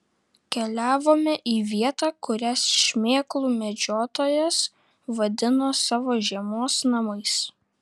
keliavome į vietą kurią šmėklų medžiotojas vadino savo žiemos namais